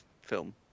film